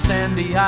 Sandy